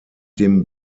dem